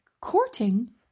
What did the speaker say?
Courting